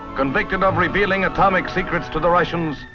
convicted of revealing atomic secrets to the russians,